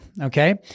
Okay